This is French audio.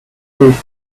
php